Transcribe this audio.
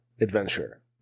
adventure